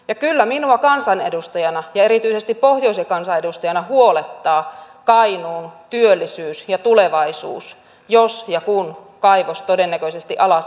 kyllä minua kansanedustajana ja erityisesti pohjoisen kansanedustajana huolettaa kainuun työllisyys ja tulevaisuus jos ja kun kaivos todennäköisesti alas ajetaan